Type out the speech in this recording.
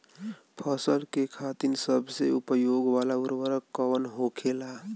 फसल के खातिन सबसे उपयोग वाला उर्वरक कवन होखेला?